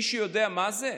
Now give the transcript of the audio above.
מישהו יודע מה זה?